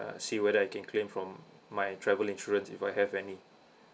see whether I can claim from my travel insurance if I have any